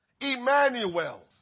Emmanuel's